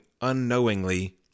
unknowingly